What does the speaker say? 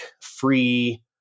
free